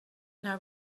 now